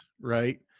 Right